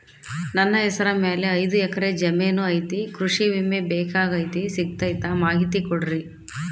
ನನ್ನ ಹೆಸರ ಮ್ಯಾಲೆ ಐದು ಎಕರೆ ಜಮೇನು ಐತಿ ಕೃಷಿ ವಿಮೆ ಬೇಕಾಗೈತಿ ಸಿಗ್ತೈತಾ ಮಾಹಿತಿ ಕೊಡ್ರಿ?